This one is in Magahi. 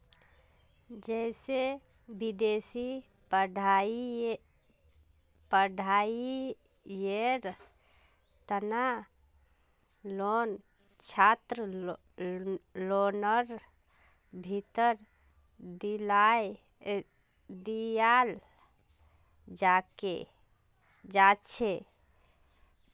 जैसे विदेशी पढ़ाईयेर तना लोन छात्रलोनर भीतरी दियाल जाछे